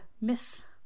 Myth